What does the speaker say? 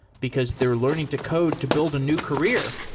because they're learning to code to build a new career.